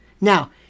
Now